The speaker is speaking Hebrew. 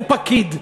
הוא פקיד.